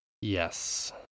yes